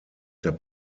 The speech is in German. der